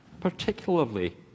particularly